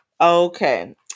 Okay